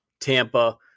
Tampa